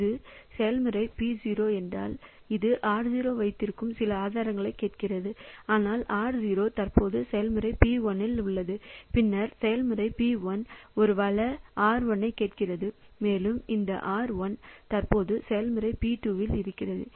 இது செயல்முறை P0 என்றால் அது R0 வைத்திருப்பதாக சில ஆதாரங்களைக் கேட்கிறது ஆனால் R0 தற்போது செயல்முறை P1 இல் உள்ளது பின்னர் செயல்முறை P1 ஒரு வள R1 ஐக் கோருகிறது மேலும் இந்த ஆர் 1 தற்போது செயல்முறை பி 2 இருக்கிறது